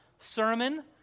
Sermon